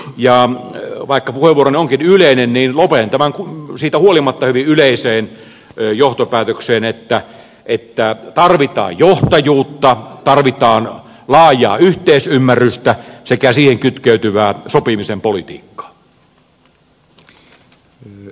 ja vaikka puheenvuoroni onkin yleinen niin lopetan tämän siitä huolimatta hyvin yleiseen johtopäätökseen että tarvitaan johtajuutta tarvitaan laajaa yhteisymmärrystä sekä siihen kytkeytyvää sopimisen politiikkaa